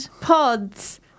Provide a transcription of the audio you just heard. pods